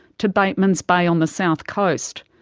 to batemans bay on the south coast.